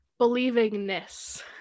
believingness